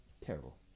terrible